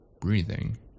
breathing